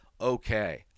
okay